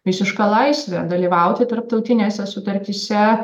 visišką laisvę dalyvauti tarptautinėse sutartyse